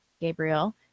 Gabriel